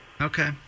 Okay